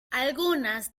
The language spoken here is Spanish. algunas